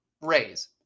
raise